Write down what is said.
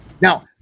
Now